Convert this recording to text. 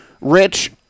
rich